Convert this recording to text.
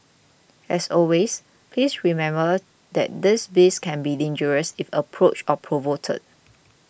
as always please remember that these beasts can be dangerous if approached or provoked